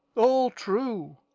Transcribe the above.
all true!